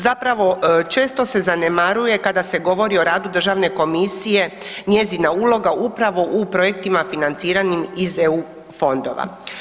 Zapravo često se zanemaruje kada se govori o radu Državne komisije njezina uloga upravo u projektima financiranim iz EU fondova.